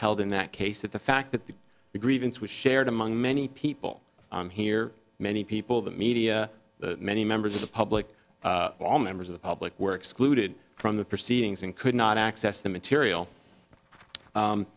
held in that case that the fact that the grievance was shared among many people here many people the media many members of the public all members of the public were excluded from the proceedings and could not access the material